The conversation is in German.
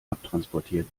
abtransportiert